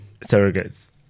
surrogates